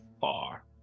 far